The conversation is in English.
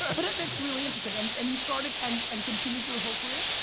but um it's really interesting and and you started and and continued your whole career?